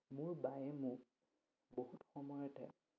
মোৰ বায়ে মোক বহুত সময়তে